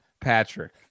Patrick